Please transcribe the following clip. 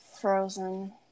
Frozen